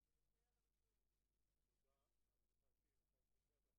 אני יכולה להגיד כמה דברים